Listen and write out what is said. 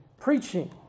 preaching